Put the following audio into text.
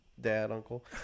dad-uncle